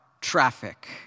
traffic